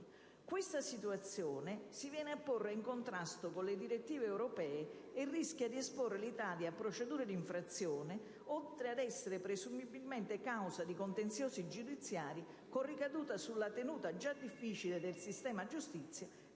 una previsione che si pone in contrasto con le direttive europee e rischia di esporre l'Italia a procedure di infrazione, oltre ad essere presumibilmente causa di contenziosi giudiziari, con ricadute sulla tenuta, già difficile, del sistema giustizia